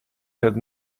had